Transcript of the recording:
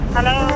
Hello